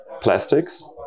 Plastics